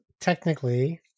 technically